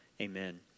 Amen